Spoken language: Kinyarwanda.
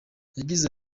yagize